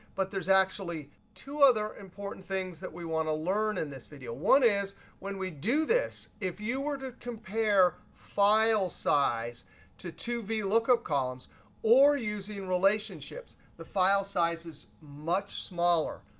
but there's actually two other important things that we want to learn in this video. one is when we do this, if you were to compare files size to two vlookup columns or using relationships, the file size is much smaller.